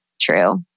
true